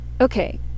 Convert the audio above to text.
okay